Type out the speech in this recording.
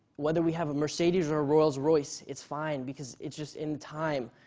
whether we have a mercedes or a rolls royce it's fine because it's just in time.